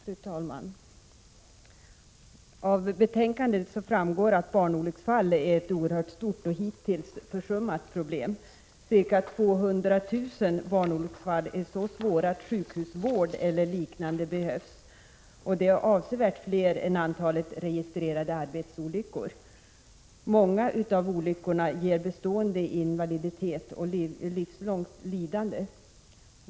Fru talman! Av betänkandet framgår att barnolycksfall är ett oerhört stort och hittills försummat problem. Ca 200 000 barnolycksfall är så svåra att sjukhusvård eller liknande behövs — det är avsevärt fler än antalet registrerade arbetsolyckor. Många av olyckorna ger bestående invaliditet och livslångt lidande.